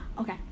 Okay